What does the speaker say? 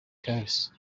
cures